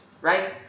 right